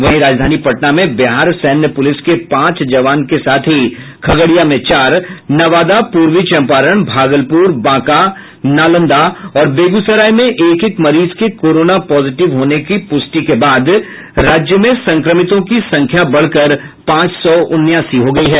वहीं राजधानी पटना में बिहार सैन्य पुलिस के पांच जवान के साथ ही खगड़िया में चार नवादा पूर्वी चंपारण भागलपुर बांका नालंदा और बेगूसराय में एक एक मरीज के कोरोना पॉजिटिव की पुष्टि होने के बाद राज्य में संक्रमितों की संख्या बढ़कर पांच सौ उन्यासी हो गई है